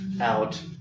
out